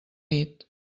nit